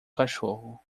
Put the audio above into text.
cachorro